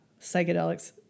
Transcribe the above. psychedelics